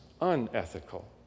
unethical